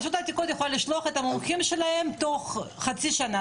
רשות העתיקות יכולה לשלוח את המומחים שלהם תוך חצי שנה,